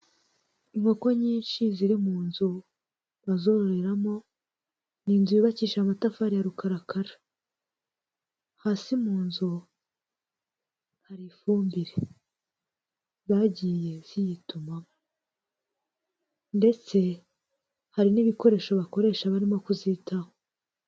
Inkoko nyinshi ziri mu nzu bazororeramo, ni inzu yubakisha amatafari ya rukarakara, hasi mu nzu hari ifumbire zagiye ziyituma ndetse hari n'ibikoresho bakoresha barimo kuzitaho.